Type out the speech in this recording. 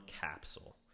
capsule